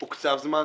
הוקצב זמן?